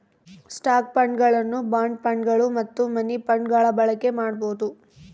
stock ಫಂಡ್ಗಳನ್ನು bond ಫಂಡ್ಗಳು ಮತ್ತು ಮನಿ ಫಂಡ್ಗಳ ಬಳಕೆ ಮಾಡಬೊದು